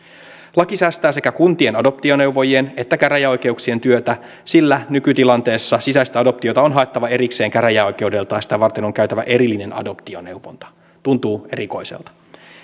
laki säästää sekä kuntien adoptioneuvojien että käräjäoikeuksien työtä sillä nykytilanteessa sisäistä adoptiota on haettava erikseen käräjäoikeudelta ja sitä varten on käytävä erillinen adop tioneuvonta tuntuu erikoiselta